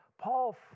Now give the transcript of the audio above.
Paul